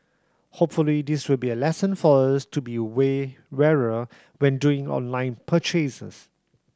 hopefully this will be a lesson for us to be way warier when doing online purchases